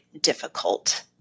difficult